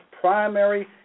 primary